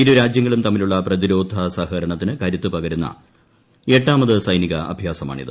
ഇരു് രാജ്യങ്ങളും തമ്മിലുള്ള പ്രതിരോധ സഹകരണത്തിന് കരുത്ത് പകരുന്ന എട്ടാമത് സൈനിക അഭ്യാസമാണിത്